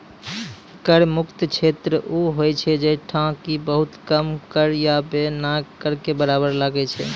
कर मुक्त क्षेत्र उ होय छै जैठां कि बहुत कम कर या नै बराबर कर लागै छै